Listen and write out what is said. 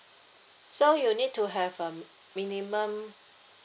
so you'd need to have um minimum